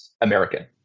American